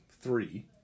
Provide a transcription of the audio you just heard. Three